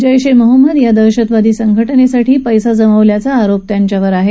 जैश ए मोहम्मद या दहशतवादी संघटनेसाठी पैसा जमवल्याचा आरोप त्यांच्यावर आहे